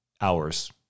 hours